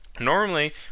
Normally